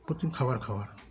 প্রত্যেকদিন খাবার খাওয়া